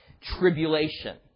tribulation